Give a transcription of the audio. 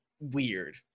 weird